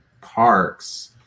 parks